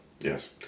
Yes